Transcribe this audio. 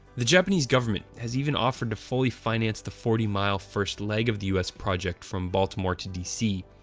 the japanese government has even offered to fully finance the forty mile first leg of the us project from baltimore to dc,